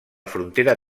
frontera